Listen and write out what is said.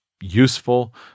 useful